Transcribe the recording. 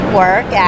work